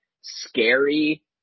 scary